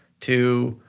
to